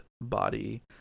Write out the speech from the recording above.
body